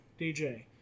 DJ